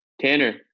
Tanner